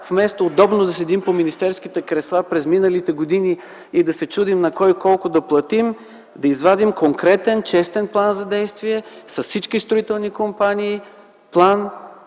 вместо удобно да стоим в министерските кресла през миналите години и да се чудим на кой колко да платим, да извадим конкретен, честен план за действие с всички строителни компании –